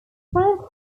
frank